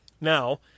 Now